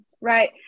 Right